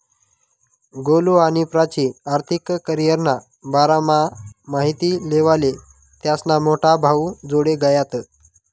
गोलु आणि प्राची आर्थिक करीयरना बारामा माहिती लेवाले त्यास्ना मोठा भाऊजोडे गयात